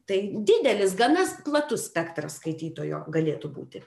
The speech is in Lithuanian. tai didelis gana platus spektras skaitytojo galėtų būti